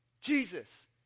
Jesus